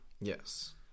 Yes